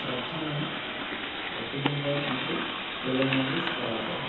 ପ୍ରଥମେ ଗୋଟେ ଦିନ ପରେ ତାଙ୍କୁ ତେଲ ମାଲିସ୍ କରାଯାଏ